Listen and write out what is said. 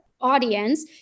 audience